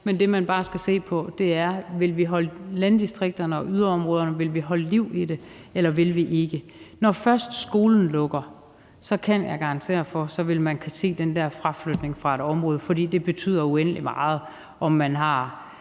Men det, man bare skal se på, er, om vi vil holde liv i landdistrikterne og i yderområderne, eller om vi ikke vil. Når først skolen lukker, kan jeg garantere for, at man så vil kunne se den der fraflytning fra et område, fordi det betyder uendelig meget, om man har